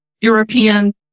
European